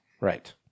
Right